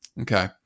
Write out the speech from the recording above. Okay